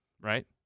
right